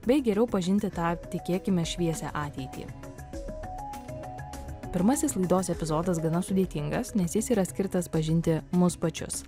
bei geriau pažinti tą tikėkime šviesią ateitį pirmasis laidos epizodas gana sudėtingas nes jis yra skirtas pažinti mus pačius